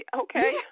Okay